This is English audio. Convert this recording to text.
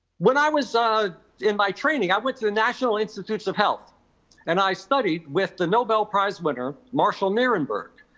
when i was in my training, i went to the national institutes of health and i studied with the nobel prize winner, marshall nierenberg,